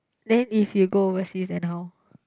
then if you go overseas then how